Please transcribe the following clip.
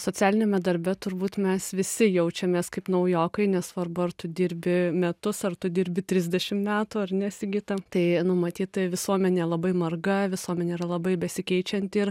socialiniame darbe turbūt mes visi jaučiamės kaip naujokai nesvarbu ar tu dirbi metus ar tu dirbi trisdešim metų ar ne sigita tai nu matyt visuomenė labai marga visuomenė yra labai besikeičianti ir